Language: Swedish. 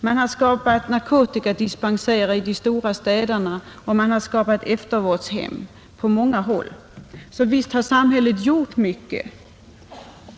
Man har öppnat narkotikadispensärer i de stora städerna och skapat eftervårdshem på många håll. Så visst har samhället gjort mycket!